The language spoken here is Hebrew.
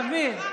דוד.